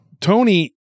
Tony